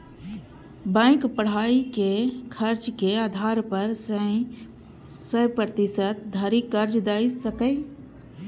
bank पढ़ाइक खर्चक आधार पर सय प्रतिशत धरि कर्ज दए सकैए